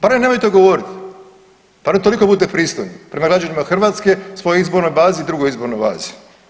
Barem nemojte govorit barem toliko budite pristojni prema građanima Hrvatska svojoj izbornoj bazi, drugoj izbornoj bazi.